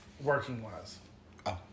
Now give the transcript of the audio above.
working-wise